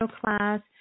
Class